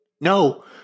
No